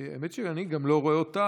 יש פה טעות,